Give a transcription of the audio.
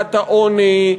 בעיית העוני,